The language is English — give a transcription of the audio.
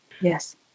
Yes